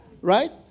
Right